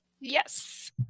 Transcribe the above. Yes